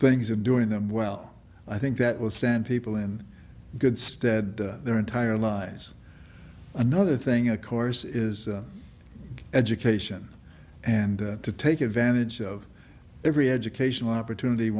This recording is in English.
things and doing them well i think that will stand people in good stead their entire lives another thing of course is education and to take advantage of every educational opportunity